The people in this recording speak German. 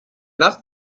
nacht